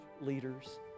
leaders